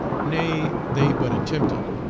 nay, they but attempted,